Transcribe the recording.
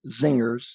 zingers